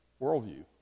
worldview